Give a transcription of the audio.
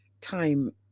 time